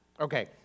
okay